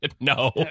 No